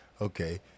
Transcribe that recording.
okay